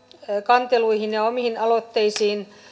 kanteluihin ja omiin aloitteisiin